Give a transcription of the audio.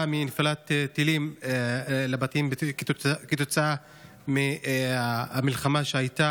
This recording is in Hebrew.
מנפילת טילים לבתים כתוצאה מהמלחמה שהייתה,